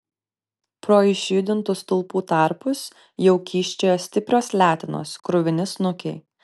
pro išjudintų stulpų tarpus jau kyščiojo stiprios letenos kruvini snukiai